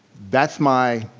that's my